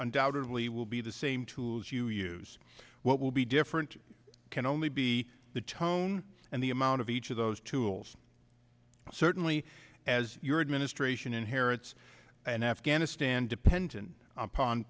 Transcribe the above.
undoubtedly will be the same tools you use what will be different can only be the tone and the amount of each of those tools and certainly as your administration inherits an afghanistan dependent upon